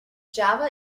java